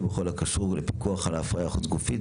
בכל הקשור לפיקוח על ההפריה החוץ גופית.